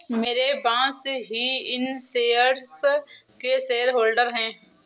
मेरे बॉस ही इन शेयर्स के शेयरहोल्डर हैं